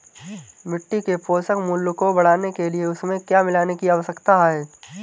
मिट्टी के पोषक मूल्य को बढ़ाने के लिए उसमें क्या मिलाने की आवश्यकता है?